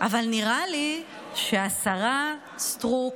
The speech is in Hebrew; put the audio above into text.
אבל נראה לי שהשרה סטרוק,